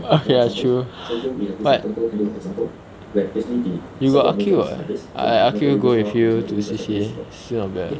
okay ya true but you got aqil [what] I aqil go with you to C_C_A still not bad leh